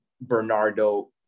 Bernardo